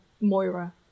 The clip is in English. Moira